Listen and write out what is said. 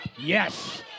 Yes